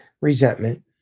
resentment